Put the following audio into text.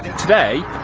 and today.